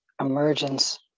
emergence